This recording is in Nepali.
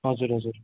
हजुर हजुर